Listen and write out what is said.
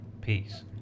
Peace